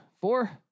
Four